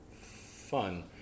fun